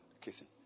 kissing